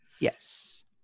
Yes